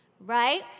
right